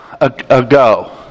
ago